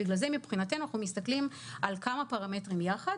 בגלל זה מבחינתנו אנחנו מסתכלים על כמה פרמטרים יחד,